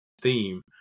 theme